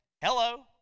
Hello